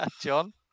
John